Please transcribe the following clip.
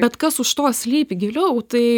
bet kas už to slypi giliau tai